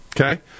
Okay